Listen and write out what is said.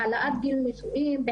להעלאת גיל הנישואים,